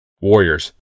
Warriors